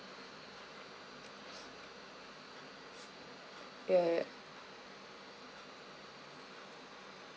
ya ya